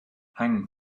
hang